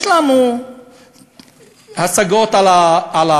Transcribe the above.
יש לנו השגות על ההמלצות,